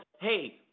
hey